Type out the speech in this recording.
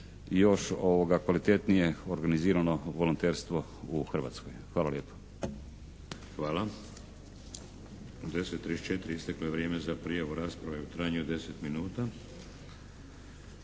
još kvalitetnije organizirano volonterstvo u Hrvatskoj. Hvala lijepo. **Šeks, Vladimir (HDZ)** Hvala. U 10,34 isteklo je vrijeme za prijavu rasprave u trajanju od deset